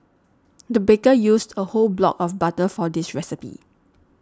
the baker used a whole block of butter for this recipe